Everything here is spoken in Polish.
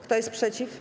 Kto jest przeciw?